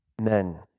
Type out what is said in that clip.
Men